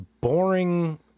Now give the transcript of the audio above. boring